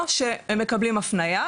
או שהם מקבלים הפניה,